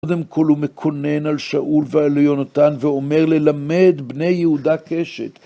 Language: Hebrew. קודם כל הוא מקונן על שאול ועל יונתן, ואומר ללמד בני יהודה קשת.